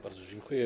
Bardzo dziękuję.